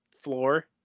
Floor